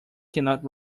cannot